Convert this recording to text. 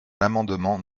l’amendement